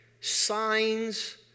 signs